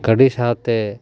ᱜᱟᱹᱰᱤ ᱥᱟᱶᱛᱮ